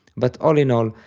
but all in all,